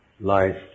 life